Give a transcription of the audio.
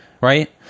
right